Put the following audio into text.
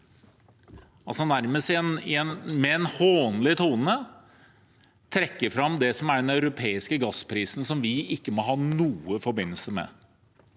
Rødt, nærmest i en hånlig tone, trekker fram det som er den europeiske gassprisen, som vi ikke må ha noen forbindelse med,